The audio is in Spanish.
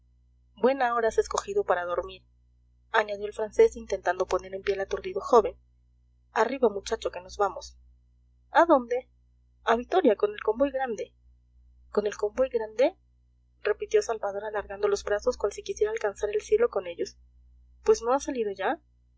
buena hora has escogido para dormir añadió el francés intentando poner en pie al aturdido joven arriba muchacho que nos vamos a dónde a vitoria con el convoy grande con el convoy grande repitió salvador alargando los brazos cual si quisiera alcanzar el cielo con ellos pues no ha salido ya